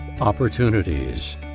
opportunities